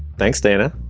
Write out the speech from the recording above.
thanks, dana.